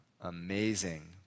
amazing